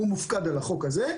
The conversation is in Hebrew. הוא מופקד על החוק הזה.